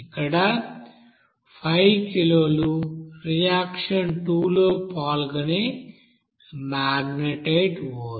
ఇక్కడ 5 కిలోలు రియాక్షన్2 లో పాల్గొనే మాగ్నెటైట్ ఓర్